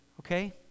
Okay